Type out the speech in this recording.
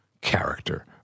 character